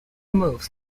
moves